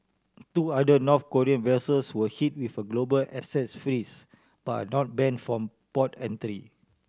two other North Korean vessels were hit with a global assets freeze but are not banned from port entry